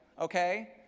okay